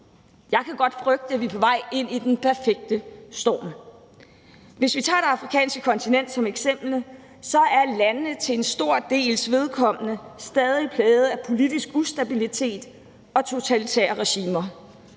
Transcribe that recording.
Jeg kan godt frygte, at vi er på vej ind i den perfekte storm. Kl. 11:41 Hvis vi tager det afrikanske kontinent som eksempel, er landene for en stor dels vedkommende stadig plaget af politisk ustabilitet og totalitære regimer.